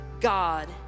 God